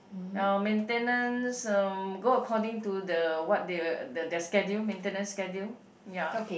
ya maintenance um go according to the what they the their schedule maintenance schedule